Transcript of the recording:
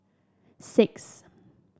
six